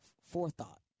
forethought